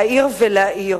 להעיר ולהאיר.